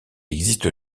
existe